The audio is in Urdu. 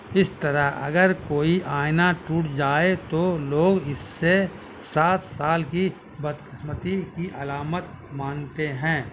اس طرح اگر کوئی آئینہ ٹوٹ جائے تو لوگ اس سے سات سال کی بدقسمتی کی علامت مانتے ہیں